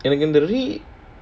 எப்படி:eppadi